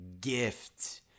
gift